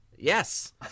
Yes